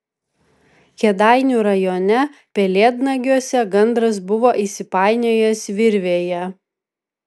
kėdainių rajone pelėdnagiuose gandras buvo įsipainiojęs virvėje